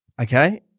Okay